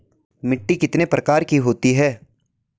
मिट्टी कितने प्रकार की होती है?